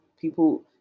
people